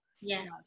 Yes